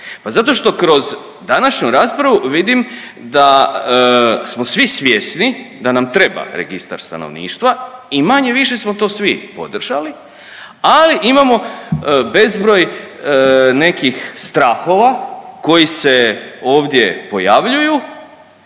Pa zato što kroz današnju raspravu vidim da smo svi svjesni da nam treba registar stanovništva i manje-više smo to svi podržali, ali imamo bezbroj nekih strahova koji se ovdje pojavljuju